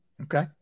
Okay